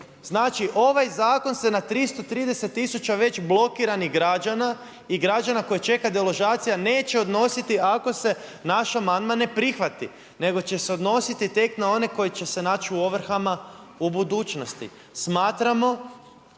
Znači, ovaj zakon se na 33000 već blokiranih građana i građana kojih čeka deložacija neće odnositi ako se naš amandman ne prihvati. Nego će se odnositi tek na one koji će se naći u ovrhama u budućnosti. Smatramo